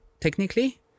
technically